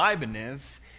Leibniz